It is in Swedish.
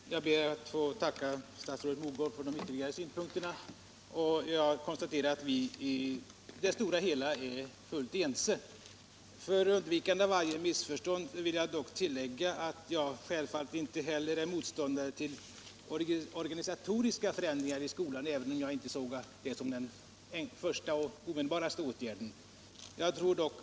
Herr talman! Jag ber att få tacka statsrådet Mogård för de ytterligare synpunkterna. Och jag konstaterar att vi i det stora hela är fullt ense. För undvikande av varje missförstånd vill jag dock tillägga att jag självfallet inte är motståndare till organisatoriska förändringar av skolan även om jag inte såg detta som den första och mest omedelbara åtgärden i just det här sammanhanget.